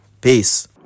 Peace